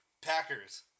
Packers